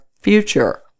future